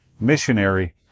missionary